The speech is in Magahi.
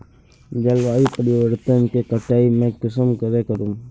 जलवायु परिवर्तन के कटाई में कुंसम करे करूम?